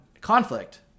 conflict